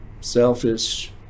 selfish